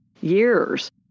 years